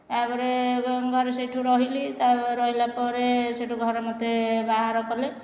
ତା'ପରେ ଘରେ ସେହିଠୁ ରହିଲି ତ ରହିଲା ପରେ ସେହିଠୁ ଘରେ ମୋତେ ବାହାଘର କଲେ